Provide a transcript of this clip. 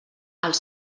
als